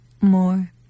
more